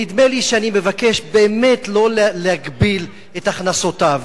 נדמה לי שאני מבקש באמת לא להגביל את הכנסותיו,